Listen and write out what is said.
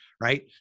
right